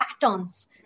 patterns